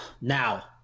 Now